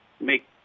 make